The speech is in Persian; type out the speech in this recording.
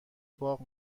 باغ